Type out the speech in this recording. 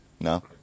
No